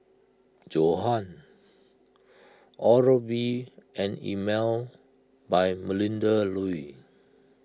Johan Oral B and Emel by Melinda Looi